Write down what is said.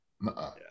no